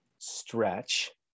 stretch